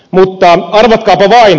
pankit verolle